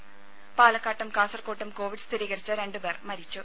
ത പാലക്കാട്ടും കാസർകോട്ടും കോവിഡ് സ്ഥിരീകരിച്ച രണ്ടു പേർ മരിച്ചു